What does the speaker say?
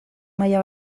maila